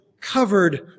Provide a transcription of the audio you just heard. covered